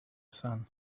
sun